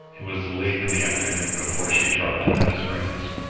it was late in the afternoon before she dropped him at his rooms.